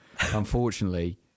unfortunately